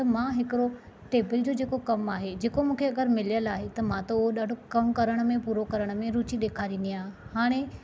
मां हिकिड़ो टेबल जो जेको कमु आहे जेको मूंखे अग॒रि मिलियल आहे त मां तो ॾाढो कमु करणु में पूरो करणु में रूची ॾेखारींदी आहियां हाणे